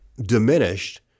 diminished